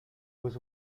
was